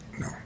No